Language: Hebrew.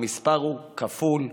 המספר הוא כפול ומשולש.